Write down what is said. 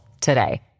today